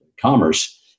Commerce